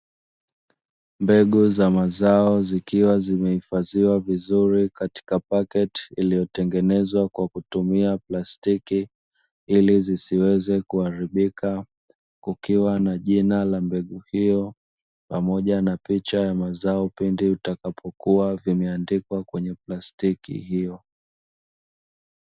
Mbegu za mazao, zikiwa zimehifadhiwa vizuri katika paketi iliyotengenezwa kwa kutumia plastiki ili zisiweze kuharibika, kukiwa na jina la mbegu hiyo pamoja na picha ya mazao pindi utakapokua, vimeandikwa kwenye plastiki hiyo.